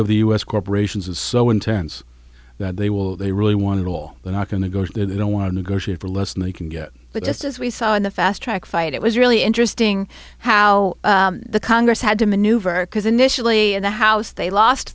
of the u s corporations is so intense that they will they really want to roll they're not going to go there they don't want to negotiate for less than they can get but just as we saw in the fast track fight it was really interesting how the congress had to maneuver because initially in the house they lost